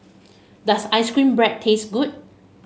does ice cream bread taste good